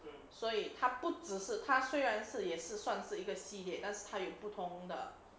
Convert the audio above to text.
所以她不只是她虽然也是算是一个系列但是它有不同的